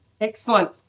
Excellent